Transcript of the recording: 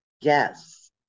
Yes